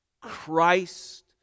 Christ